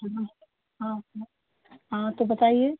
हाँ हाँ हाँ तो बताइए